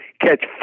catch